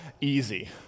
easy